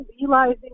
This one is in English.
realizing